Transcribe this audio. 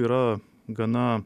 yra gana